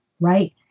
right